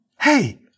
Hey